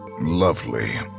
Lovely